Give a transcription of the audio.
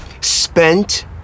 Spent